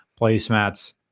placemats